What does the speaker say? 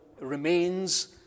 remains